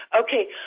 Okay